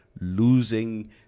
losing